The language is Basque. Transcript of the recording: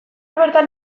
bertan